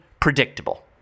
predictable